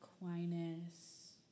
Aquinas